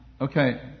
Okay